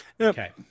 Okay